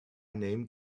named